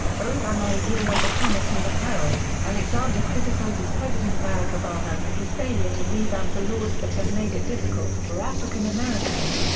obama ah the promise and the peril alexander criticizes president barack obama for his failure to revamp the laws that have made it difficult for african americans,